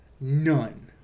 None